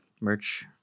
merch